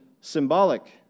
symbolic